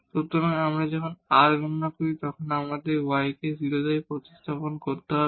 সুতরাং যখন আমরা r গণনা করি তাই আমাদের এখানে y থেকে 0 প্রতিস্থাপন করতে হবে